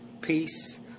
peace